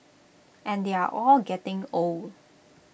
and they're all getting old